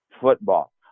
football